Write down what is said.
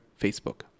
Facebook